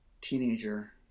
teenager